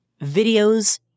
videos